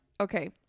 okay